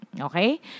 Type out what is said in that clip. Okay